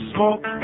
Smoke